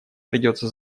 придется